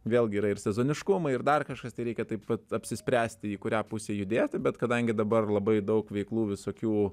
vėlgi yra ir sezoniškumai ir dar kažkas tai reikia taip vat apsispręsti į kurią pusę judėti bet kadangi dabar labai daug veiklų visokių